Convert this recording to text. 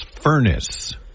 furnace